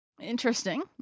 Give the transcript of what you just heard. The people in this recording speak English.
Interesting